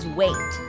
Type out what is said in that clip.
wait